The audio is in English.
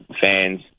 fans